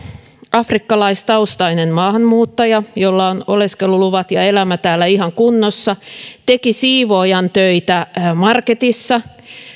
afrikkalaistaustainen maahanmuuttaja jolla on oleskeluluvat ja elämä täällä ihan kunnossa teki siivoojan töitä marketissa